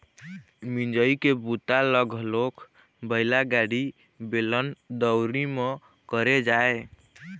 मिंजई के बूता ल घलोक बइला गाड़ी, बेलन, दउंरी म करे जाए